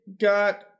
got